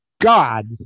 God